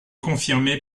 confirmée